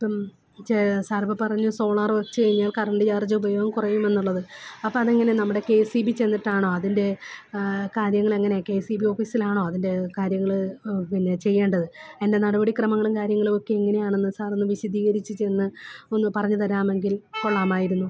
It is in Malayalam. ഇപ്പം ചെ സാർ ഇപ്പം പറഞ്ഞു സോളാർ വെച്ച് കഴിഞ്ഞാൽ കറൻറ് ചാര്ജ് ഉപയോഗം കുറയുമെന്നുള്ളത് അപ്പം അത് എങ്ങനെയാണ് നമ്മുടെ കെ സി ബി ചെന്നിട്ടാണോ അതിന്റെ കാര്യങ്ങൾ എങ്ങനെയാണ് കെ സി ബി ഓഫീസിലാണോ അതിന്റെ കാര്യങ്ങൾ പിന്നെ ചെയ്യേണ്ടത് അതിൻറെ നടപടി ക്രമങ്ങളും കാര്യങ്ങളും ഒക്കെ എങ്ങനെയാണെന്ന് സാർ ഒന്ന് വിശദീകരിച്ച് ചെന്ന് ഒന്ന് പറഞ്ഞ് തരാമെങ്കില് കൊള്ളാമായിരുന്നു